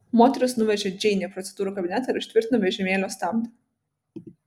moteris nuvežė džeinę į procedūrų kabinetą ir užtvirtino vežimėlio stabdį